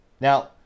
Now